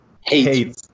hate